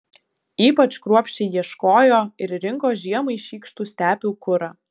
ypač kruopščiai ieškojo ir rinko žiemai šykštų stepių kurą